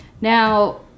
Now